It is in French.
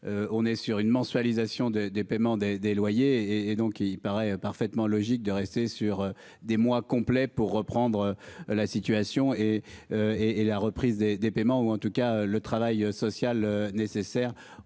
On est sur une mensualisation des paiements des des loyers et donc il paraît parfaitement logique de rester sur des mois complets pour reprendre. La situation et et et la reprise des des paiements ou en tout cas le travail social nécessaire,